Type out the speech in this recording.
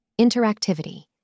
Interactivity